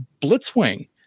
blitzwing